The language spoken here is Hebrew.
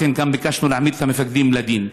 לכן, גם ביקשנו להעמיד את המפקדים לדין.